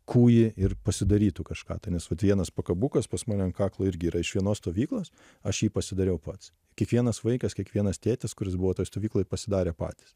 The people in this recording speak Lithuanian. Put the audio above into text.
kūjį ir pasidarytų kažką tai nes vienas pakabukas pas mane ant kaklo irgi yra iš vienos stovyklos aš jį pasidariau pats kiekvienas vaikas kiekvienas tėtis kuris buvo toj stovykloj pasidarė patys